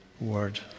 Word